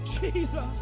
Jesus